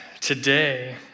today